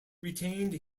retained